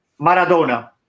Maradona